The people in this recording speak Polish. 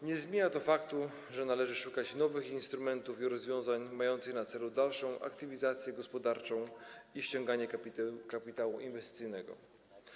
Nie zmienia to faktu, że należy szukać nowych instrumentów i rozwiązań mających na celu dalszą aktywizację gospodarczą i ściąganie kapitału inwestycyjnego.